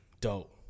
Dope